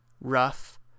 rough